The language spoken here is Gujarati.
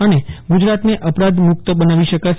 અને ગુજરાતને અપરાધ મુક્ત બનાવી શકાશે